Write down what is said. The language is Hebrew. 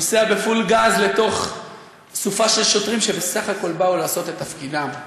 נוסע בפול-גז לתוך אסופה של שוטרים שבסך הכול באו לעשות את תפקידם,